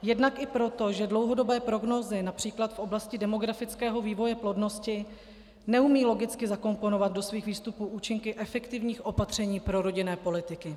Jednak i proto, že dlouhodobé prognózy například v oblasti demografického vývoje plodnosti neumějí logicky zakomponovat do svých výstupů účinky efektivních opatření prorodinné politiky.